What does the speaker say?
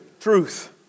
truth